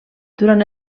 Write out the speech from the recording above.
durant